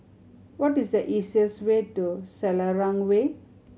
what is the easiest way to Selarang Way